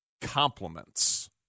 compliments